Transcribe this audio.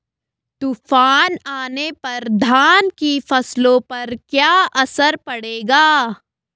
तूफान आने पर धान की फसलों पर क्या असर पड़ेगा?